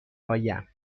آیم